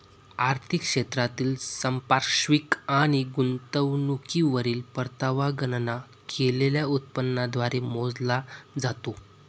आर्थिक क्षेत्रातील संपार्श्विक आणि गुंतवणुकीवरील परतावा गणना केलेल्या उत्पन्नाद्वारे मोजला जातो